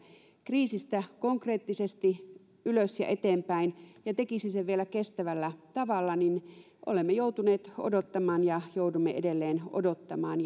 kriisistä konkreettisesti ylös ja eteenpäin ja tekisivät sen vielä kestävällä tavalla olemme joutuneet odottamaan ja joudumme edelleen odottamaan